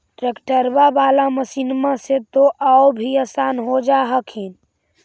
ट्रैक्टरबा बाला मसिन्मा से तो औ भी आसन हो जा हखिन?